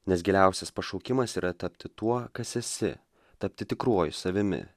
nes giliausias pašaukimas yra tapti tuo kas esi tapti tikruoju savimi